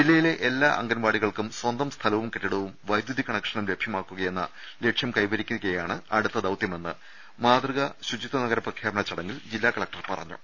ജില്ലയിലെ എല്ലാ അംഗനവാടികൾക്കും സ്വന്തം സ്ഥലവും കെട്ടിടവും വൈദ്യുതി കണക്ഷനും ലഭ്യമാക്കുകയെന്ന ലക്ഷ്യം കൈവരിക്കുകയാണ് അടുത്ത ദൌത്യമെന്ന് മാതൃകാ ശുചിത്വ നഗര പ്രഖ്യാപന ചടങ്ങിൽ ജില്ലാ കലക്ടർ പറഞ്ഞു